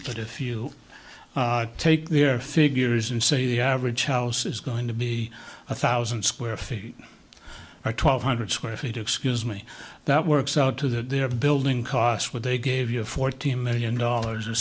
but if you take their figures and say the average house is going to be a thousand square feet or twelve hundred square feet excuse me that works out to that they're building costs what they gave you fourteen million dollars or